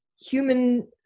human